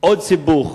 עוד סיבוך